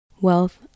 Wealth